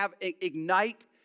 ignite